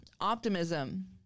optimism